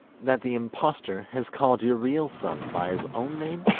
that the impostor has called your real son by his own name?